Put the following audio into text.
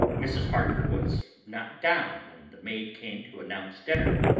mrs. harker was not down when the maid came to announce dinner,